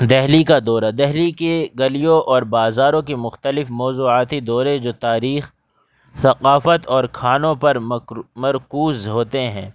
دہلی کا دورہ دہلی کے گلیوں اور بازاروں کے مختلف موضوعاتی دورے جو تاریخ ثقافت اور کھانوں پر مرکوز ہوتے ہیں